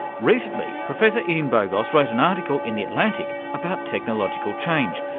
recently professor ian bogost wrote an article in the atlantic about technological change,